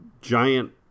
giant